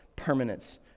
permanence